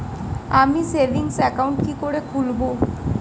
আমি savings account কি করে খুলব?